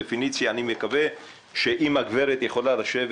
בפניציה אני מקווה שאם הגברת יכולה לשבת